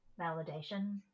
validation